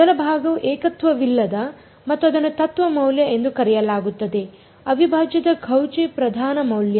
ಮೊದಲ ಭಾಗವು ಏಕತ್ವವಿಲ್ಲದೆ ಮತ್ತು ಅದನ್ನು ತತ್ವ ಮೌಲ್ಯ ಎಂದು ಕರೆಯಲಾಗುತ್ತದೆ ಅವಿಭಾಜ್ಯದ ಕೌಚಿ ಪ್ರಧಾನ ಮೌಲ್ಯ